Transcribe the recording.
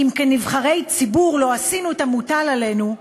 אם כנבחרי ציבור לא עשינו את המוטל עלינו,